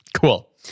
Cool